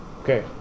Okay